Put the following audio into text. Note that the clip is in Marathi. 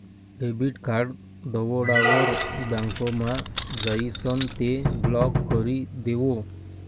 डेबिट कार्ड दवडावर बँकमा जाइसन ते ब्लॉक करी देवो